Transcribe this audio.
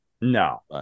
No